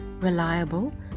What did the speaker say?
reliable